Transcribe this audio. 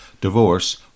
Divorce